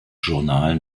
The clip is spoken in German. journal